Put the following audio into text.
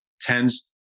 tends